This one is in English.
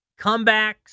comebacks